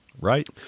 Right